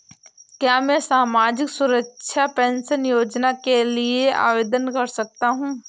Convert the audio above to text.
क्या मैं सामाजिक सुरक्षा पेंशन योजना के लिए आवेदन कर सकता हूँ?